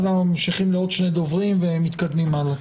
ואז אנחנו ממשיכים לעוד שני דוברים ומתקדמים הלאה.